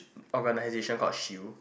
organisation called shield